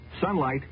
Sunlight